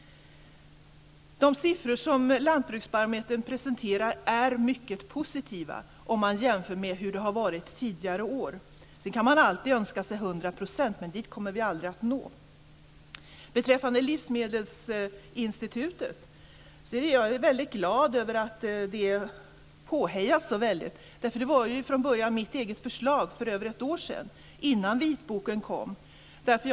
De siffror som Lantbruksbarometern presenterar är mycket positiva, om man jämför med hur det har varit tidigare år. Sedan kan man alltid önska sig 100 %, men dit kommer vi aldrig att nå. Beträffande livsmedelsinstitutet kan jag säga att jag är väldigt glad över att det påhejas så väldigt. Det var från början - för över ett år sedan, innan vitboken kom - mitt förslag.